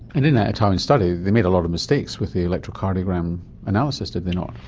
and in that italian study they made a lot of mistakes with the electrocardiogram analysis, did they not?